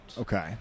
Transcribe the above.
Okay